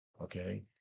okay